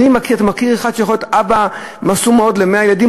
אתה מכיר אחד שיכול להיות אבא מסור מאוד ל-100 ילדים?